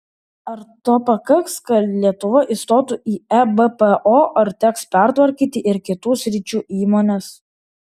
ar to pakaks kad lietuva įstotų į ebpo ar teks pertvarkyti ir kitų sričių įmones